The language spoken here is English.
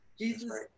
Jesus